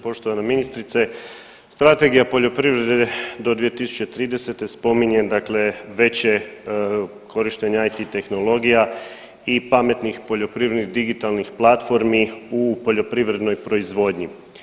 Poštovana ministrice Strategija poljoprivrede do 2030. spominje dakle veće korištenje IT tehnologija i pametnih poljoprivrednih digitalnih platformi u poljoprivrednoj proizvodnji.